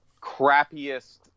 crappiest